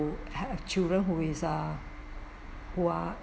who have children who is a who are